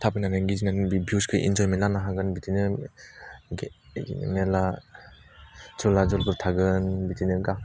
थाबायनानै गिजिनानै भिउसखौ इन्जयमेन्ट लानो हागोन बिदिनो गे बिदिनो मेला थुलाजुलफोर थागोन बिदिनो